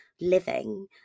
living